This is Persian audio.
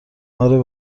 اره